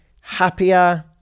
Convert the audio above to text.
happier